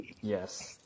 yes